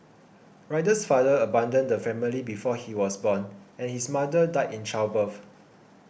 riddle's father abandoned the family before he was born and his mother died in childbirth